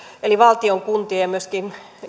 eli valtion kuntien ja myöskin